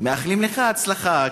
מאחלים לך הצלחה,